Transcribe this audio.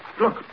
Look